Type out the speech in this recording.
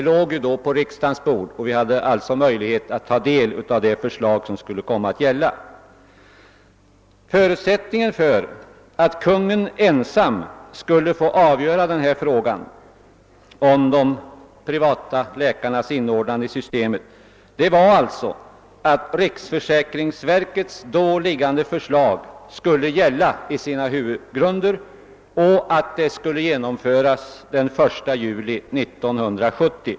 Förutsättningen för att Kungl. Maj:t ensam skulle få avgöra denna fråga om de privata läkarnas inordnande i systemet var alltså att riksförsäkringsverkets då föreliggande förslag skulle gälla i sina huvuddrag och att det skulle genomföras den 1 juli 1970.